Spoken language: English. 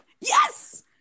yes